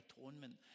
atonement